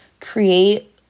create